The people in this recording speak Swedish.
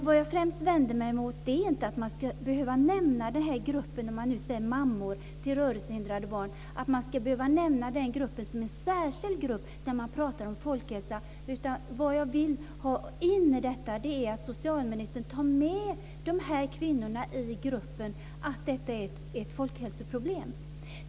Vad jag främst vänder mig mot är inte att man ska behöva nämna gruppen mammor till rörelsehindrade barn som en särskild grupp när man talar om folkhälsa. Vad jag vill ha in är att socialministern tar med kvinnorna i den gruppen och inser att detta är ett folkhälsoproblem.